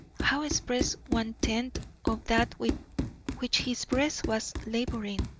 how express one-tenth of that with which his breast was labouring!